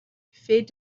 fait